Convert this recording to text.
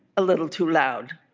a little too loud,